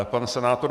Pan senátor